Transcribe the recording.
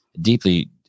deeply